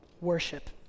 Worship